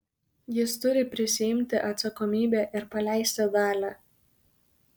jis turi prisiimti atsakomybę ir paleisti dalią